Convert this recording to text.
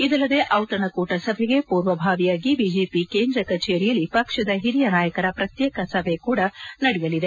ಇದಲ್ಲದೆ ಔತಣ ಕೂಟ ಸಭೆಗೆ ಪೂರ್ವಭಾವಿಯಾಗಿ ಬಿಜೆಪಿ ಕೇಂದ್ರ ಕಚೇರಿಯಲ್ಲಿ ಪಕ್ಷದ ಹಿರಿಯ ನಾಯಕರ ಪ್ರತ್ಯೇಕ ಸಭೆ ಕೂಡ ನಡೆಯಲಿದೆ